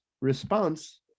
response